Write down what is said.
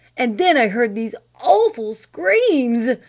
and then i heard these awful screams,